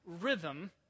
rhythm